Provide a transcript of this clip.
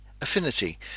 affinity